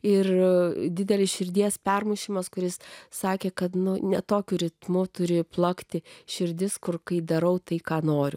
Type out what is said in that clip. ir didelis širdies permušimas kuris sakė kad nu ne tokiu ritmu turi plakti širdis kur kai darau tai ką noriu